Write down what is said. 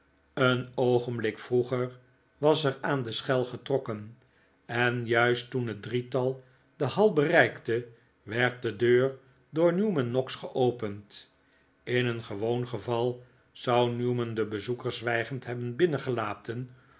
een oogenblik vroeger was er aan de schel getrokken en juist toen het drietal de hall bereikte werd de deur door newman noggs geopend in een gewoon geval zou newman den bezoeker zwijgend hebben binnengelaten